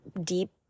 deep